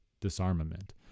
disarmament